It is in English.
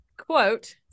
quote